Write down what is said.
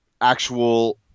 actual